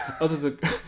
Others